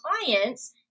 clients